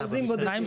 אחוזים בודדים.